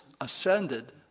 ascended